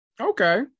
Okay